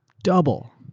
double.